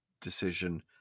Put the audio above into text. decision